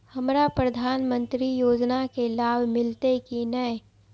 हमरा प्रधानमंत्री योजना के लाभ मिलते की ने?